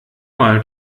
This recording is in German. mal